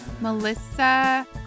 Melissa